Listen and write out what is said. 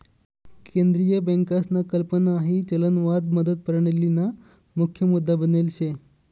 केंद्रीय बँकसना कल्पना हाई चलनवाद मतप्रणालीना मुख्य मुद्दा बनेल शे